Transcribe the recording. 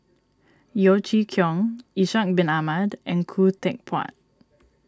Yeo Chee Kiong Ishak Bin Ahmad and Khoo Teck Puat